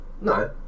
No